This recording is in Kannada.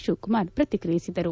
ಶಿವಕುಮಾರ್ ಪ್ರಕ್ರಿಯಿಸಿದರು